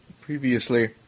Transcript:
previously